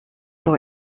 pour